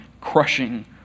crushing